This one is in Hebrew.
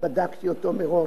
שבדקתי אותו מראש.